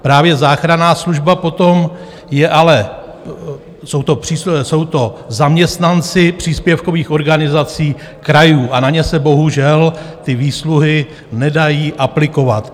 Právě záchranná služba potom je, ale jsou to zaměstnanci příspěvkových organizací krajů, a na ně se bohužel ty výsluhy nedají aplikovat.